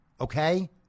Okay